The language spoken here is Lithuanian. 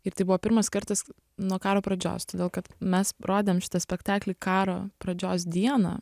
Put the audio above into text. ir tai buvo pirmas kartas nuo karo pradžios todėl kad mes parodėm šitą spektaklį karo pradžios dieną